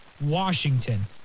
Washington